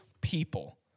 people